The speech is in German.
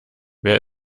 wer